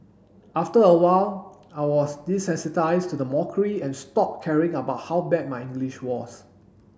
after a while I was desensitised to the mockery and stopped caring about how bad my English was